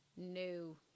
No